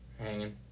hanging